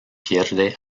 pierde